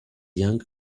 young